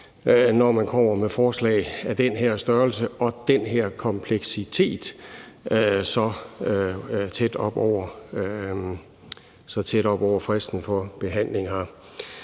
når man kommer med forslag af den her størrelse og den her kompleksitet så tæt på fristen for behandling her.